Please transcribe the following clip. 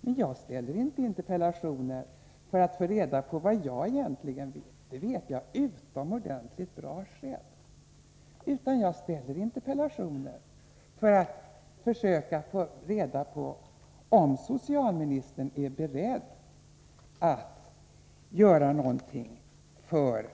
Men jag framställer inte interpellationer för att få reda på vad jag egentligen vill — det vet jag utomordentligt bra själv — utan för att försöka få reda på om socialministern är beredd att göra någonting för